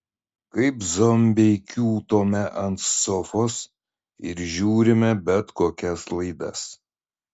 kaip zombiai kiūtome ant sofos ir žiūrime bet kokias laidas